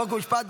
חוק ומשפט.